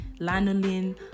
lanolin